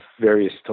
various